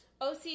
oc